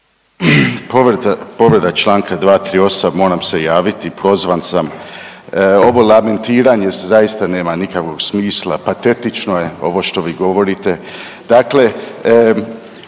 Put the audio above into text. Povreda čl. 238. Moram se javiti, prozvan sam. Ovo lamentiranje zaista nema nikakvog smisla, patetično je ovo što vi govorite.